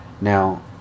now